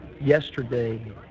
Yesterday